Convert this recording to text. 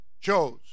chose